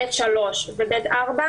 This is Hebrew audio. ב/3 ו-ב/4